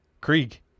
Krieg